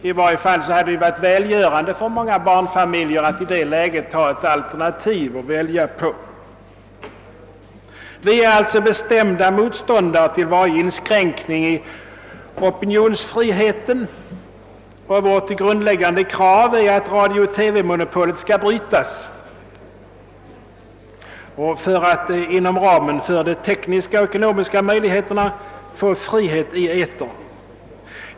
I varje fall hade det varit välgörande för många barnfamiljer att ha ett alternativ. Vi är alltså bestämda motståndare till varje inskränkning i opinionsfriheten. Vårt grundläggande krav är att radiooch TV-monopolet skall brytas för att det inom ramen för de tekniska och ckonomiska möjligheterna skall skapas frihet i etern.